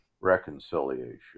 reconciliation